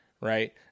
right